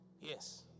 Yes